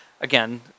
again